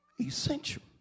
essential